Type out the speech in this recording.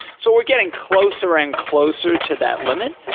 so we're getting closer and closer to that limit.